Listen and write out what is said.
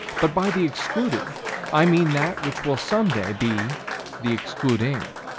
but by the excluded i mean that which will some day be the excluding.